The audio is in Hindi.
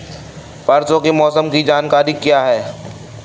परसों के मौसम की जानकारी क्या है?